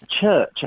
Church